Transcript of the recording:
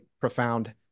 profound